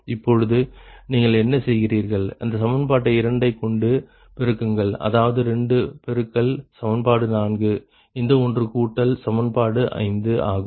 இப்பொழுது நீங்கள் என்ன செய்கிறீர்கள் இந்த சமன்பாட்டை இரண்டைக்கொண்டு பெருக்குங்கள் அதாவது 2 பெருக்கல் சமன்பாடு 4 இந்த ஒன்று கூட்டல் அந்த சமன்பாடு 5 ஆகும்